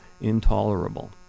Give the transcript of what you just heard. intolerable